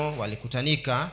walikutanika